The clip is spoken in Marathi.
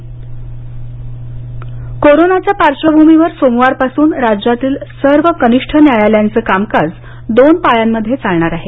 न्यायालय कामकाज कोरोनाच्या पार्श्वभूमीवर सोमवारपासून राज्यातील सर्व कनिष्ठ न्यायालयांच कामकाज दोन पाळ्यांमध्ये चालणार आहे